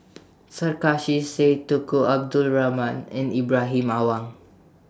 Sarkasi Said Tunku Abdul Rahman and Ibrahim Awang